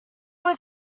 was